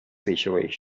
situation